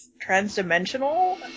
trans-dimensional